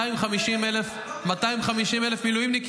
250,000 ------- 250,000 מילואימניקים,